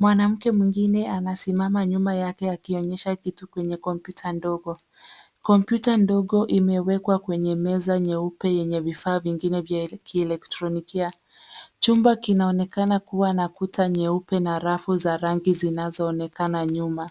Mwanamke mwingine anasimama nyuma yake akionyesha kitu kwenye kompyuta ndogo. Kompyuta ndogo imewekwa kwenye meza nyeupe yenye vifaa vingine vya kielektronikia. Chumba kinaonekana kuwa na kuta nyeupe na rafu za rangi zinazoonekana nyuma.